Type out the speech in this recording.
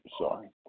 Sorry